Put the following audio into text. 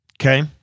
Okay